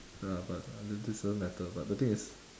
ya lah but this doesn't matter but the thing is